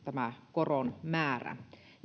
koron määrä